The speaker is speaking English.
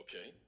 Okay